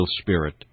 spirit